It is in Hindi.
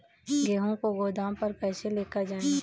गेहूँ को गोदाम पर कैसे लेकर जाएँ?